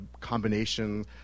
combination